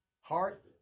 heart